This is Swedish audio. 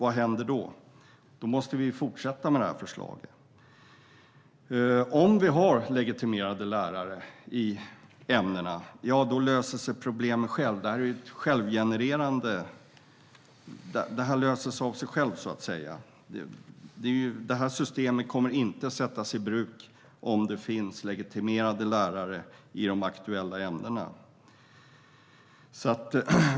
I så fall måste vi fortsätta med det här förslaget. Om vi har legitimerade lärare i ämnena löser sig problemen själva. Detta är självgenererande. Systemet kommer inte att sättas i bruk om det finns legitimerade lärare i de aktuella ämnena.